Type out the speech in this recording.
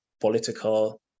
political